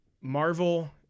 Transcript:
Marvel